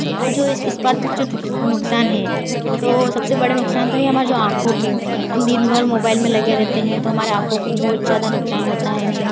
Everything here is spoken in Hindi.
और जो इस नुकसान हैं तो सबसे बड़े नुकसान तो हैं हमारी जो आंखों के हम दिनभर मोबाइल में लगे रहते हैं तो हमारा आंखों को बहुत ज्यादा नुकसान होता है